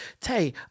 Tay